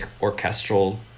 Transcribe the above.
orchestral